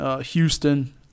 Houston